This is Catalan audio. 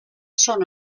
són